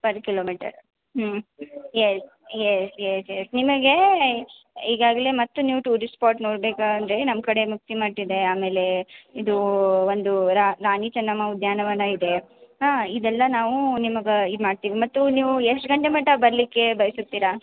per kilometre ಹ್ಞೂ yes yes yes yes ನಿಮಗೇ ಈಗಾಗಲೇ ಮತ್ತೆ ನೀವು ಟೂರಿಸ್ಟ್ ಸ್ಪಾಟ್ ನೋಡಬೇಕಂದ್ರೆ ನಮ್ಮ ಕಡೆ ಮುಕ್ತಿ ಮಠ ಇದೆ ಆಮೇಲೆ ಇದು ಒಂದು ರಾಣಿ ಚೆನ್ನಮ್ಮ ಉದ್ಯಾನವನ ಇದೆ ಹಾಂ ಇದೆಲ್ಲ ನಾವು ನಿಮಗೆ ಇದು ಮಾಡ್ತೀವಿ ಮತ್ತು ನೀವು ಎಷ್ಟು ಗಂಟೆ ಮಟ ಬರಲಿಕ್ಕೆ ಬಯಸುತ್ತೀರಾ